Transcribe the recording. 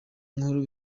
nkuru